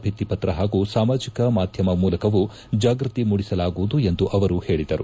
ಭಿಕ್ತಿಪತ್ರ ಪಾಗೂ ಸಾಮಾಜಕ ಮಾಧ್ಯಮ ಮೂಲಕವೂ ಜಾಗ್ವತಿ ಮೂಡಿಸಲಾಗುವುದು ಎಂದು ಅವರು ಪೇಳಿದರು